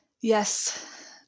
Yes